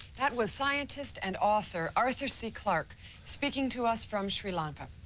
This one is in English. that was scientist and author arthur c. clarke speaking to us from sri lanka.